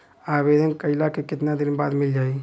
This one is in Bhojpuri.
आवेदन कइला के कितना दिन बाद मिल जाई?